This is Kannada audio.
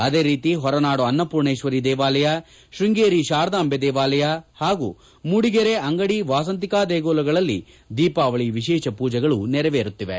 ಅದೇ ರೀತಿ ಹೊರನಾಡು ಅನ್ನಪೂರ್ಣೇಶ್ವರಿ ದೇವಾಲಯ ಶೃಂಗೇರಿ ಶಾರದಾಂಬೆ ದೇವಾಲಯ ಹಾಗು ಮೂಡಿಗೆರೆ ಅಂಗಡಿ ವಾಸಂತಿಕ ದೇಗುಲಗಳಲ್ಲಿ ದೀಪಾವಳಿ ವಿಶೇಷ ಪೂಜೆಗಳು ನಡೆಯುತ್ತಿವೆ